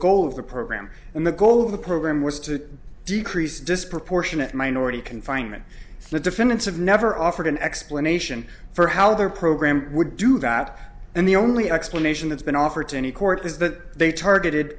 goal of the program and the goal of the program was to decrease disproportionate minority confinement the defendants have never offered an explanation for how their program would do that and the only explanation that's been offered to any court is that they targeted